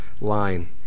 line